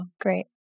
great